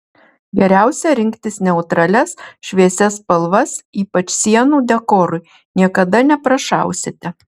geriausia rinktis neutralias šviesias spalvas ypač sienų dekorui niekada neprašausite